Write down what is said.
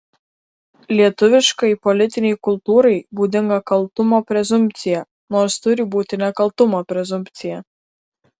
lietuviškai politinei kultūrai būdinga kaltumo prezumpcija nors turi būti nekaltumo prezumpcija